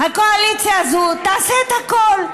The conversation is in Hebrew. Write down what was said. הקואליציה הזו תעשה את הכול,